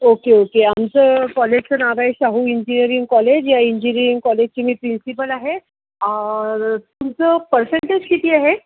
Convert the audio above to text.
okay okay आमचं कॉलेजचं नाव आहे शाहू इंजिअरिंग कॉलेज या इंजिरिंग कॉलेजची मी प्रिन्सिपल आहे तुमचं पर्सेंटेज किती आहे